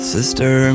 Sister